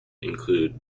include